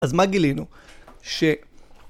אז מה גילינו? ש...